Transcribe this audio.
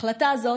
החלטה זו